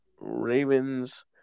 Ravens